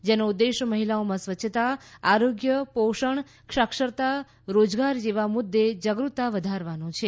જેનો ઉદ્દેશ મહિલાઓમાં સ્વચ્છતા આરોગ્ય પોષણ સાક્ષરતા રોજગાર જેવા મુદ્દે જાગૃતતા વધારવાનો છે